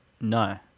No